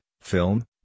film